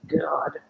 God